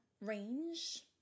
range